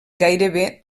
gairebé